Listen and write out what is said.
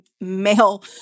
male